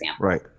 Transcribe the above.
Right